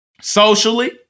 socially